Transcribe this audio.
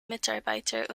mitarbeiter